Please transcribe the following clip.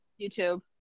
YouTube